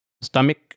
stomach